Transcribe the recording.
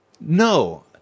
No